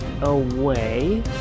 away